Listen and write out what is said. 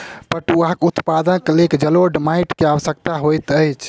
पटुआक उत्पादनक लेल जलोढ़ माइट के आवश्यकता होइत अछि